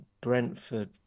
Brentford